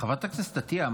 חברת הכנסת עטייה,